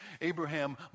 Abraham